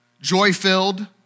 joy-filled